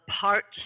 parts